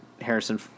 Harrison